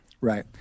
right